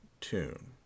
tune